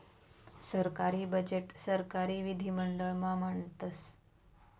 सरकारी बजेट सरकारी विधिमंडळ मा मांडतस